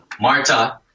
Marta